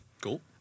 Cool